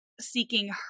seeking